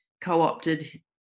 co-opted